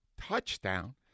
Touchdown